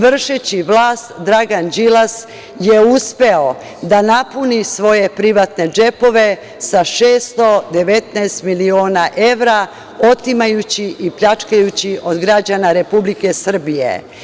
Vršeći vlast, Dragan Đilas je uspeo da napuni svoje privatne džepove sa 619 miliona evra, otimajući i pljačkajući od građana Republike Srbije.